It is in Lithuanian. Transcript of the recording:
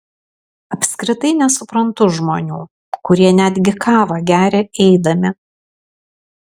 apskritai nesuprantu žmonių kurie netgi kavą geria eidami